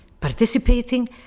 participating